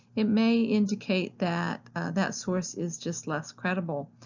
it may indicate that that source is just less credible.